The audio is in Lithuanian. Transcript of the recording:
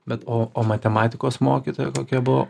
bet o o matematikos mokytoja kokia buvo